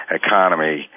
economy